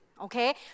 okay